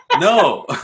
No